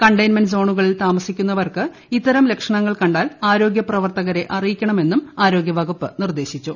containment സോണുകളിൽ താമസിക്കുന്നവർക്ക് ഇത്തരം ലക്ഷണങ്ങൾ കണ്ടാൽ ആരോഗൃപ്രവർത്തകരെ അറിയിക്കണമെന്നും ആരോഗൃവകുപ്പ് നിർദ്ദേശിച്ചു